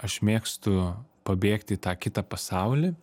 aš mėgstu pabėgti į tą kitą pasaulį